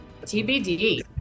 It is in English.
tbd